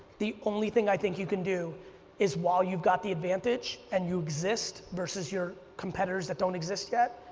the only thing i think you can do is while you've got the advantage and you exist, versus your competitors that don't exist yet,